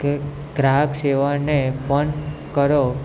કે ગ્રાહક સેવાને ફોન કરો